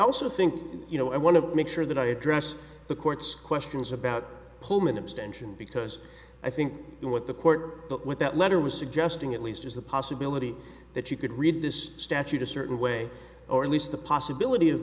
also think you know i want to make sure that i address the court's questions about pullman abstention because i think what the court but what that letter was suggesting at least is the possibility that you could read this statute a certain way or at least the possibility of